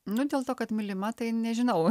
nu dėl to kad mylima tai nežinau